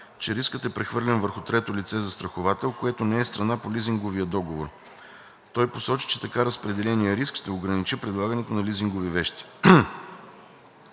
че рискът е прехвърлен върху трето лице – застраховател, което не е страна по лизинговия договор. Той посочи, че така разпределеният риск ще ограничи предлагането на лизингови вещи.